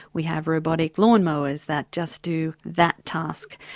we have robotics lawnmowers that just do that task.